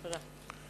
תודה.